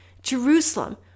Jerusalem